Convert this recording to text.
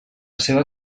seva